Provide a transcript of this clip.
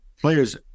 players